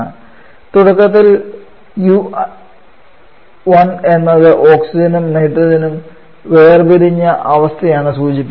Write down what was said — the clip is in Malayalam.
അതിനാൽ തുടക്കത്തിൽ U1 എന്നത് ഓക്സിജനും നൈട്രജനും വേർപിരിഞ്ഞ അവസ്ഥയാണ് സൂചിപ്പിക്കുന്നത്